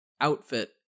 outfit